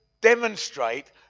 demonstrate